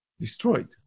destroyed